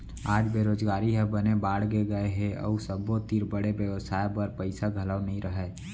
आज बेरोजगारी ह बने बाड़गे गए हे अउ सबो तीर बड़े बेवसाय बर पइसा घलौ नइ रहय